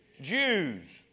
Jews